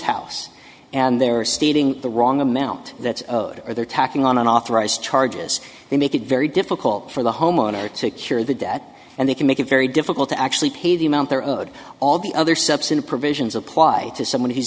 house and they are stealing the wrong amount that are there tacking on unauthorized charges they make it very difficult for the homeowner to cure the debt and they can make it very difficult to actually pay the amount they're owed all the other steps in provisions apply to someone who's